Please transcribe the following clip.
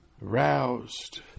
roused